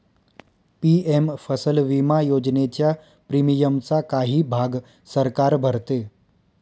PM फसल विमा योजनेच्या प्रीमियमचा काही भाग सरकार भरते